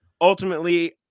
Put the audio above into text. ultimately